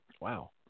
wow